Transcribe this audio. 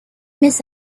miss